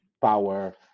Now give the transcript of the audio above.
power